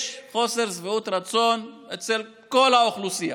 יש חוסר שביעות רצון אצל כל האוכלוסייה.